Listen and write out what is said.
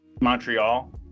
Montreal